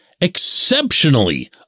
exceptionally